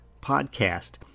podcast